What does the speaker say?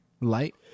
Light